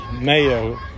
Mayo